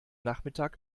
nachmittag